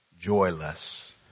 joyless